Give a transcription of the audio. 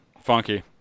Funky